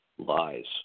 Lies